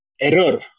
error